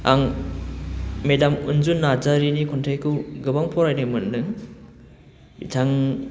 आं मेदाम अन्जु नार्जारिनि खन्थाइखौ गोबां फरायनो मोन्दों बिथां